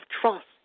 trust